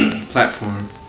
platform